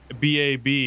BAB